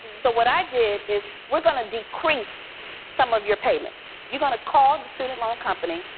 so what i did is, we're gonna decrease some of your payments. you're gonna call the student loan company.